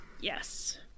Yes